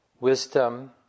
wisdom